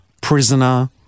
Prisoner